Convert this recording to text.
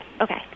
Okay